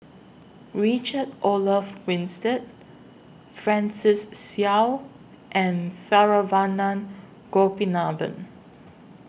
Richard Olaf Winstedt Francis Seow and Saravanan Gopinathan